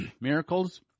Miracles